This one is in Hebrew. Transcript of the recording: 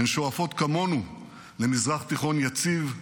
הן שואפות כמונו למזרח תיכון יציב,